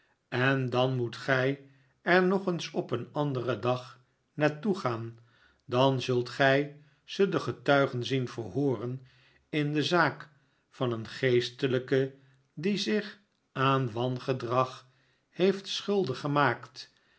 en dan moet gij er nog eens op een anderen dag naar toe gaan dan zult gij ze de getuigen zien verhooren in de zaak van een geestelijke die zich aan wangedrag heeft schuldig gemaakt